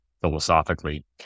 philosophically